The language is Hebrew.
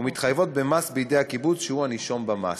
ומתחייבות במס בידי הקיבוץ, שהוא הנישום במס.